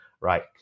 Right